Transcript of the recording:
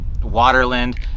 waterland